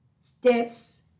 steps